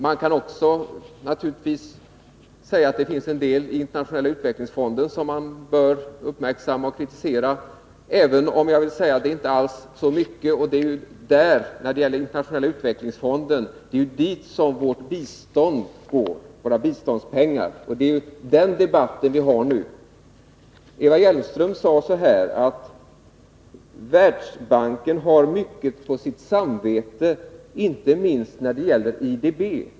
Man kan naturligtvis också säga att det finns en deli Internationella utvecklingsfonden som bör uppmärksammas och kritiseras, men det är inte lika mycket. Det är emellertid till Internationella utvecklingsfonden som våra biståndspengar går, och det är den saken vi nu debatterar. Eva Hjelmström sade att Världsbanken har mycket på sitt samvete, inte minst när det gäller IDB.